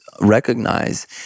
recognize